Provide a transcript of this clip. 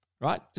right